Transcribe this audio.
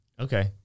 Okay